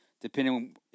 depending